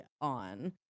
on